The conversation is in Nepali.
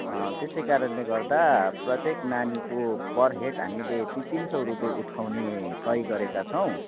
त्यसै कारणले गर्दा प्रत्येक नानीको पर हेड हामीले ती तिन सौ रुपियाँ उठाउने तय गरेका छौँ